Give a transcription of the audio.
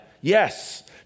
yes